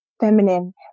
feminine